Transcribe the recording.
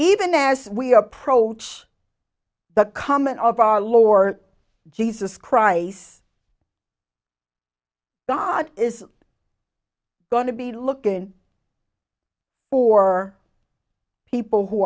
even as we approach the coming of our lord jesus christ god is going to be looking for people who